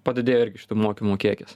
padidėjo irgi šitų mokymų kiekis